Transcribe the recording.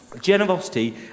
Generosity